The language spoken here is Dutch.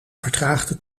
vertraagde